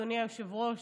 אדוני היושב-ראש,